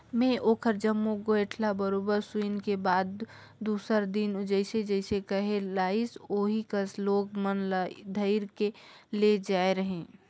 में ओखर जम्मो गोयठ ल बरोबर सुने के बाद दूसर दिन जइसे जइसे कहे लाइस ओही कस लोग मन ल धइर के ले जायें रहें